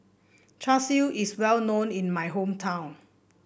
Char Siu is well known in my hometown